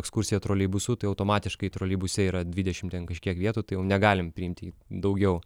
ekskursija troleibusu tai automatiškai troleibuse yra dvidešim ten kažkiek vietų tai jau negalim priimti daugiau